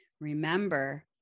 Remember